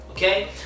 Okay